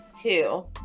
two